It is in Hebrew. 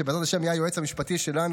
שבעזרת השם יהיה היועץ המשפטי שלנו